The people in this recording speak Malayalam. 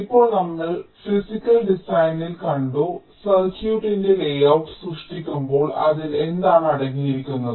ഇപ്പോൾ നമ്മൾ ഫിസിക്കൽ ഡിസൈൻ ൽ കണ്ടു സർക്യൂട്ടിന്റെ ലേഔട്ട് സൃഷ്ടിക്കുമ്പോൾ അതിൽ എന്താണ് അടങ്ങിയിരിക്കുന്നത്